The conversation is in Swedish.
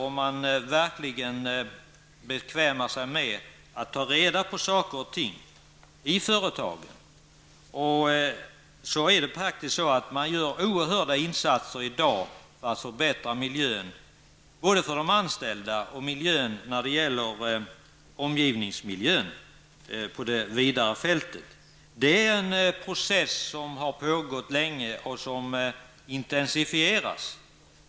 Om man verkligen bekvämar sig med att ta reda på saker och ting när det gäller företag och deras ambitioner på miljöområdet, visar det sig att de gör oerhörda insatser i dag för att förbättra miljön både för de anställda och för omgivningsmiljön på det vidare fältet. Det är en process som har pågått länge och som intensifieras.